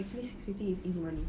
I guess six fifty is easy money